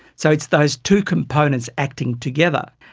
so it's those two components acting together.